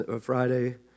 Friday